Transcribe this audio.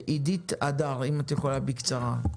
עידית הדר, אם את יכולה לדבר בקצרה.